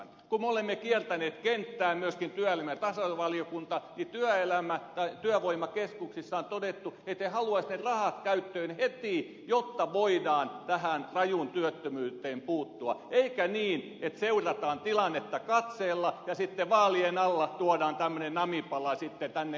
kun me olemme kiertäneet kenttää myöskin työelämä ja tasa arvovaliokuntana niin työvoimakeskuksissa on todettu että he haluaisivat ne rahat käyttöön heti jotta voidaan tähän rajuun työttömyyteen puuttua eikä niin että seurataan tilannetta katseella ja sitten vaalien alla tuodaan tämmöinen namipala sitten tänne eduskuntaan